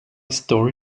story